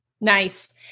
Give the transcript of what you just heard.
nice